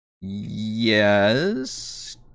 Yes